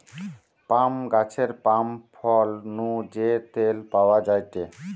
পাম গাছের পাম ফল নু যে তেল পাওয়া যায়টে